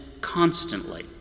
constantly